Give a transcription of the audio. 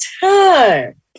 time